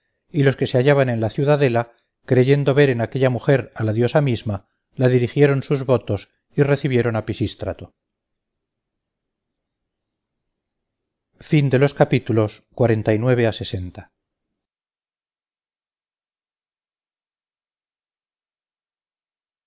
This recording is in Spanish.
y los que se hallaban en la ciudadela creyendo ver en aquella mujer a la diosa misma la dirigieron sus votos y recibieron a pisístrato